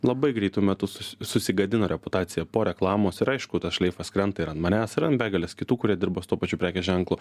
labai greitu metu sus susigadino reputaciją po reklamos ir aišku tas šleifas krenta ir ant manęs ir ant begalės kitų kurie dirba su tuo pačiu prekės ženklu